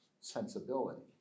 sensibility